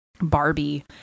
Barbie